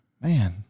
Man